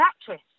actress